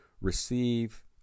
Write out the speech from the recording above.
receive